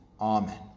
Amen